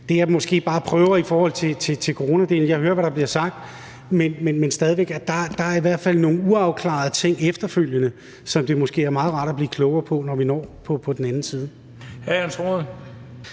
Det, jeg måske bare prøver at sige med hensyn til coronadelen, er, at jeg hører, hvad der bliver sagt, men stadig væk er der i hvert fald nogle uafklarede ting efterfølgende, som det måske er meget rart at blive klogere på, når vi når over på den anden side.